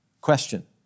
Question